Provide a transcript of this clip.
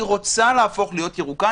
היא רוצה להפוך להיות ירוקה,